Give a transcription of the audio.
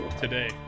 Today